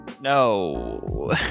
no